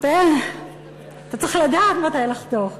אתה צריך לדעת מתי לחתוך.